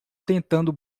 tentando